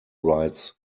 rights